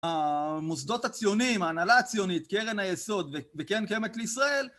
המוסדות הציוניים, ההנהלה הציונית, קרן היסוד, וקרן קיימת לישראל...